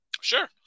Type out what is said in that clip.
Sure